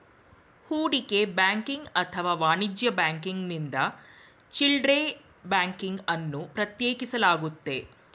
ಹೂಡಿಕೆ ಬ್ಯಾಂಕಿಂಗ್ ಅಥವಾ ವಾಣಿಜ್ಯ ಬ್ಯಾಂಕಿಂಗ್ನಿಂದ ಚಿಲ್ಡ್ರೆ ಬ್ಯಾಂಕಿಂಗ್ ಅನ್ನು ಪ್ರತ್ಯೇಕಿಸಲಾಗುತ್ತೆ